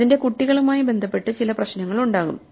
അതിന്റെ കുട്ടികളുമായി ബന്ധപ്പെട്ട് ചില പ്രശ്നങ്ങളുണ്ടാകും